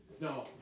No